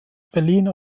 berliner